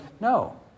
No